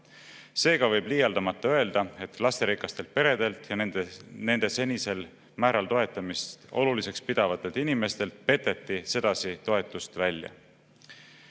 Seega võib liialdamata öelda, et lasterikastelt peredelt ja nende senisel määral toetamist oluliseks pidavatelt inimestelt peteti sedasi toetust välja.